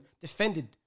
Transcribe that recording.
defended